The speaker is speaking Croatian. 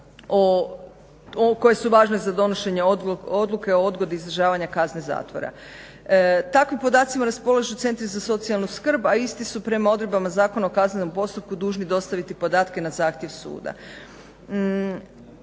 koje su važne za donošenje odluke o odgodi izdržavanja kazne zatvora. Takvim podacima raspolažu centri za socijalnu skrb, a isti su prema odredbama zakona o kaznenom postupku dužni dostaviti podatke na zahtjev suda.